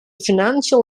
financial